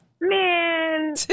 Man